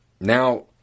Now